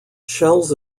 shells